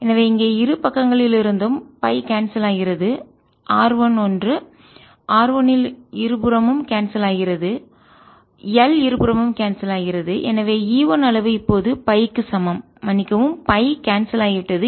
எனவே இங்கே இரு பக்கங்களிலிருந்தும் பை கான்செல் ஆகிறது r 1 ஒன்று r 1 இல் இருபுறமும் கான்செல் ஆகிறது l இருபுறமும் கான்செல் ஆகிறது எனவே E 1 அளவு இப்போது pi க்கு சமம் மன்னிக்கவும் pi கான்செல் ஆகிவிட்டது